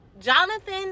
Jonathan